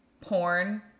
porn